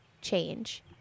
change